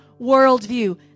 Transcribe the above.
worldview